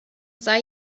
sei